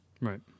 Right